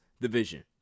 division